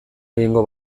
egingo